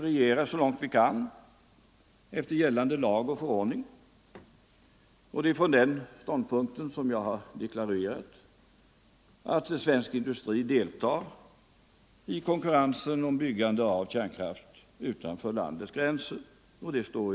Regeringen följer gällande lag och förordning, och det är från den ståndpunkten som jag har deklarerat att svensk industri tills vidare deltar i konkurrensen om byggande av kärnkraftverk utanför landets gränser.